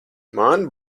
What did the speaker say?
man